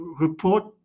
report